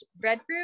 Breadfruit